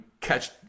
catch